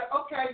okay